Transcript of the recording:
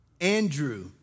Andrew